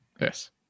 Yes